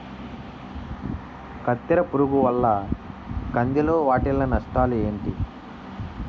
కత్తెర పురుగు వల్ల కంది లో వాటిల్ల నష్టాలు ఏంటి